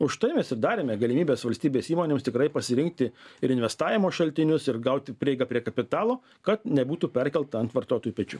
užtai mes ir darėme galimybes valstybės įmonėms tikrai pasirinkti ir investavimo šaltinius ir gauti prieigą prie kapitalo kad nebūtų perkelta ant vartotojų pečių